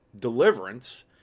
deliverance